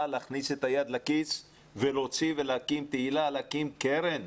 להכניס את היד לכיס ולהוציא ולהקים תהלה להקים קרן.